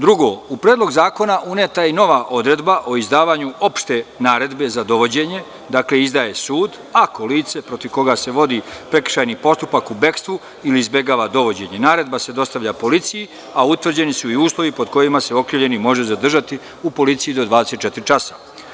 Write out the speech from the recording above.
Drugo, u Predlog zakona uneta je i nova odredba o izdavanju opšte naredbe za dovođenje, dakle izdaje sud ako lice protiv koga se vodi prekršajni postupak u bekstvu ili izbegava dovođenje, naredba se dostavlja policiji, a utvrđeni su i uslovi pod kojima se okrivljeni može zadržati u policiji do 24 časa.